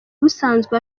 usanzwe